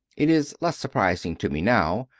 it is less surprising to me now,